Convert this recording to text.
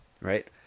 Right